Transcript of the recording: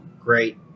great